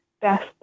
best